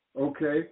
okay